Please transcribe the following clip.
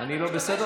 אתה משתמש